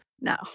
No